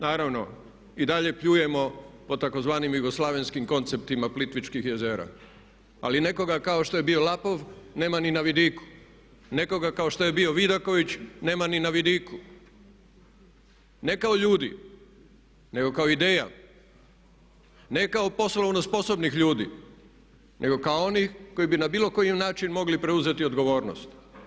Naravno i dalje pljujemo po tzv. jugoslavenskim konceptima Plitvičkih jezera ali nekoga kao što je bio Lapov nema ni na vidiku, nekoga kao što je bio Vidaković, nema ni na vidiku, ne kao ljudi nego kao ideja, ne kao poslovno nesposobnih ljudi nego kao onih koji bi na bilo koji način mogli preuzeti odgovornost.